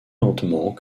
lentement